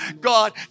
God